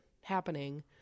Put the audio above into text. happening